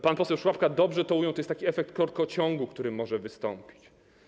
Pan poseł Szłapka dobrze to ujął, że to jest taki efekt korkociągu, który może wystąpić.